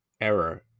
Error